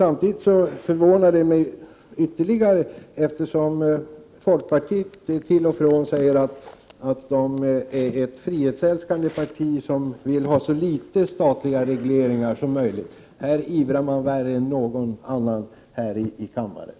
Eftersom man från folkpartiet till och från säger att man är ett frihetsälskande parti som vill ha så få statliga regleringar som möjligt, förvånar det mig att man i fråga om detta ivrar mer än någon annan.